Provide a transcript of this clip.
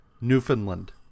Newfoundland